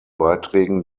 beiträgen